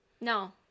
No